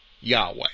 Yahweh